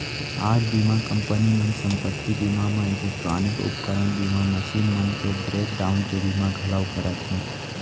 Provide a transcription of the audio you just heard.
आज बीमा कंपनी मन संपत्ति बीमा म इलेक्टानिक उपकरन बीमा, मसीन मन के ब्रेक डाउन के बीमा घलौ करत हें